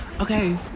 okay